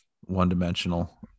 one-dimensional